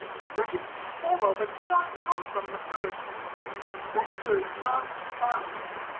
the second teeth follow, but do not come from, the first successors, not sons.